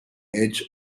edge